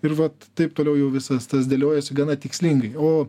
ir vat taip toliau jau visas tas dėliojosi gana tikslingai o